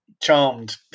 charmed